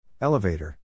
Elevator